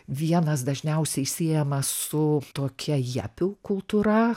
vienas dažniausiai siejamas su tokia jepių kultūra